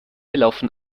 laufen